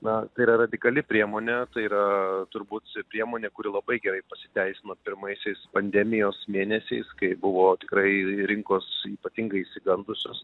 na tai yra radikali priemonė tai yra turbūt priemonė kuri labai gerai pasiteisino pirmaisiais pandemijos mėnesiais kai buvo tikrai rinkos ypatingai išsigandusios